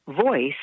voice